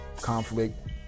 conflict